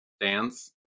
dance